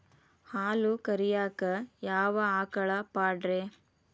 ಹಾಲು ಕರಿಯಾಕ ಯಾವ ಆಕಳ ಪಾಡ್ರೇ?